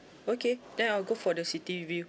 okay then I'll go for the city view